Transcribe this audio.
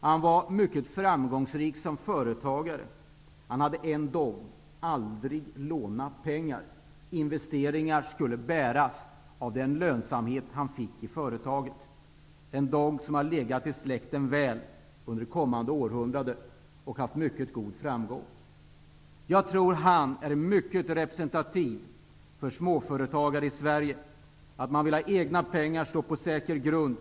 Han var mycket framgångsrik som företagare. Han hade en dogm -- låna aldrig pengar. Investeringar skulle bäras av den lönsamhet han fick i företaget. Denna dogm har funnits i släkten under århundradena och haft mycket god framgång. Jag tror att min farmors far var mycket representativ för småföretagare i Sverige. Man vill ha egna pengar och stå på säker grund.